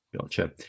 Gotcha